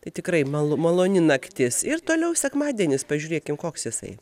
tai tikrai malu maloni naktis ir toliau sekmadienis pažiūrėkime koks jisai